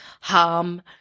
harm